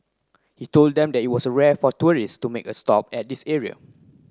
he told them that it was rare for tourists to make a stop at this area